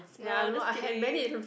no just kidding